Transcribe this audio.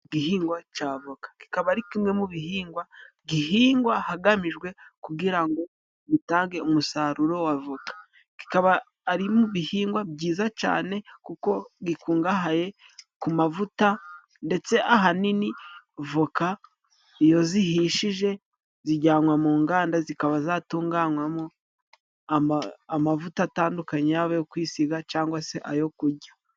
Igihingwa ca voka kikaba ari kimwe mu bihingwa gihingwa hagamijwe kugira ngo gitange umusaruro w’avoka. Kiba ari mu bihingwa byiza cane, kuko gikungahaye ku mavuta. Ndetse, ahanini, voka iyo zihishije zijyanwa mu nganda, zikaba zatunganwamo amavuta atandukanye: yaba ayo, ukwisiga, cangwa se ayo kujya.